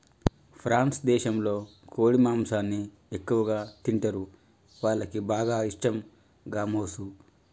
France దేశంలో కోడి మాంసాన్ని ఎక్కువగా తింటరు, వాళ్లకి బాగా ఇష్టం గామోసు